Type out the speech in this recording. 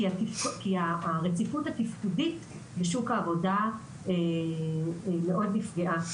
הרציפות התפקודית בשוק העבודה מאוד נפגעה.